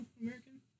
American